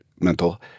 mental